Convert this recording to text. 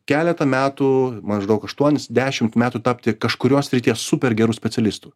keletą metų maždaug aštuonis dešimt metų tapti kažkurios srities super geru specialistu